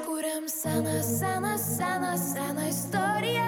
kuriam seną seną seną seną istoriją